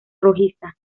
rojiza